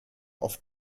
auf